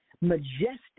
majestic